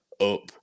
up